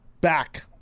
back